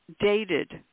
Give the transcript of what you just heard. dated